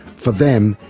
for them,